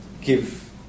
Give